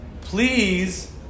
please